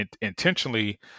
intentionally